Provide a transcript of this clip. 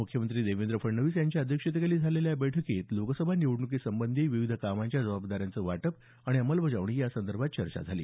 मुख्यमंत्री देवेंद्र फडणवीस यांच्या अध्यक्षतेखाली झालेल्या या बैठकीत लोकसभा निवडणुकीसंबंधी विविध कामांच्या जबाबदाऱ्यांचं वाटप आणि अंमलबजावणी या संदर्भात चर्चा झाली